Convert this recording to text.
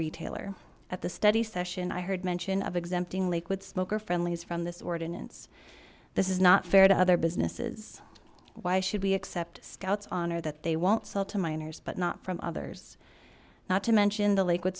retailer at the study session i heard mention of exempting liquid smoker friendly's from this ordinance this is not fair to other businesses why should we accept scouts honor that they won't sell to minors but not from others not to mention the lakewood